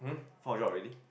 found a job already